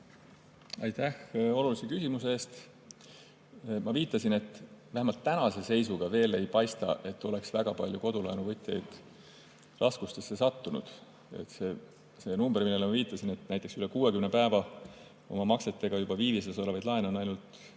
Aitäh olulise küsimuse eest! Ma viitasin, et vähemalt tänase seisuga veel ei paista, et oleks väga palju kodulaenu võtjaid raskustesse sattunud. See number, millele ma viitasin, et näiteks üle 60 päeva oma maksetega juba viivises olevaid laene on ainult